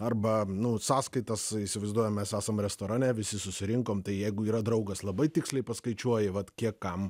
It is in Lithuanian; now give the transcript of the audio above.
arba nu sąskaitas įsivaizduojam mes esam restorane visi susirinkom tai jeigu yra draugas labai tiksliai paskaičiuoji vat kiek kam